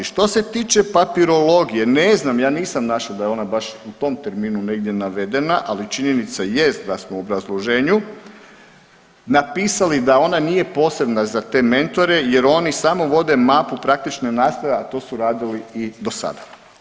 Što se tiče papirologije, ne znam, ja nisam našao da je ona baš u tom terminu negdje navedena, ali činjenica jest da smo u obrazloženju napisali da ona nije posebna za te mentore jer oni samo vode mapu praktične nastave, a to su radili i do sada.